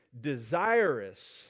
desirous